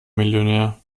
millionär